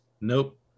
Nope